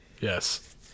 Yes